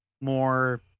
more